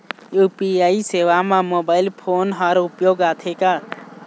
UPI सेवा म mobile phone हर उपयोग आथे का?